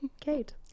Kate